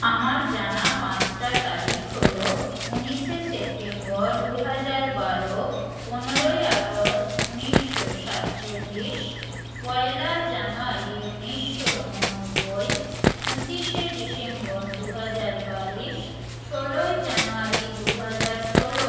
আমার জানা পাঁচটা তারিখ হলো উনিশে সেপ্টেম্বর দু হাজার বারো পনেরোই আগষ্ট উনিশশো সাতচল্লিশ পয়লা জানুয়ারি উনিশশো উননব্বই পঁচিশে ডিসেম্বর দু হাজার বাইশ ষোলোই জানুয়ারি দু হাজার ষোলো